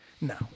No